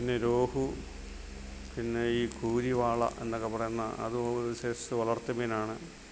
പിന്നെ രോഹു പിന്നെ ഈ കൂരിവാള എന്നൊക്കെ പറയുന്ന അത് ഒരു സൈസ് വളർത്തു മീനാണ്